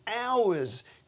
hours